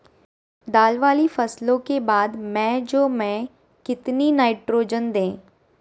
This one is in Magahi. दाल वाली फसलों के बाद में जौ में कितनी नाइट्रोजन दें?